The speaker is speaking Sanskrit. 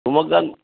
शिमोग्गा